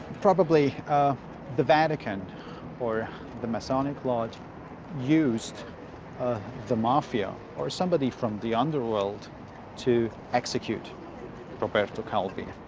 probably the vatican or the masonic lodge used the mafia or somebody from the underworld to execute roberto calvi.